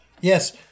Yes